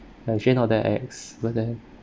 actually not that ex but then